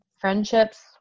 Friendships